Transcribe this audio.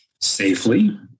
safely